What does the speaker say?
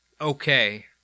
okay